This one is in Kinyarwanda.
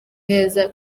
neza